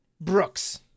Brooks